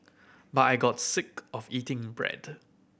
but I got sick of eating bread